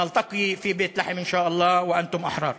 ניפגש בבית לחם, אם ירצה האל, ואתם ראויים